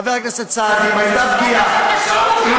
אז זה עונש לעם הפלסטיני,